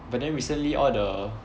but then recently all the